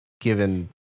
given